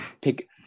pick